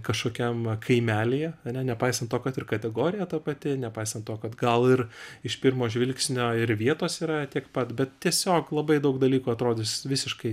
kažkokiam kaimelyje ane nepaisant to kad ir kategorija ta pati nepaisant to kad gal ir iš pirmo žvilgsnio ir vietos yra tiek pat bet tiesiog labai daug dalykų atrodys visiškai